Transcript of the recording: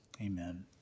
Amen